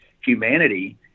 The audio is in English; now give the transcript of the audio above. humanity